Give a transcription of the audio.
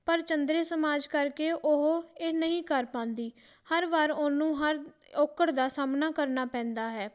ਪਰ ਚੰਦਰੇ ਸਮਾਜ ਕਰਕੇ ਉਹ ਇਹ ਨਹੀਂ ਕਰ ਪਾਉਂਦੀ ਹਰ ਵਾਰ ਉਹਨੂੰ ਹਰ ਔਕੜ ਦਾ ਸਾਹਮਣਾ ਕਰਨਾ ਪੈਂਦਾ ਹੈ